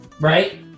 right